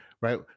right